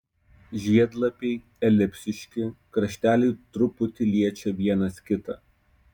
žiedlapiai elipsiški krašteliai truputį liečia vienas kitą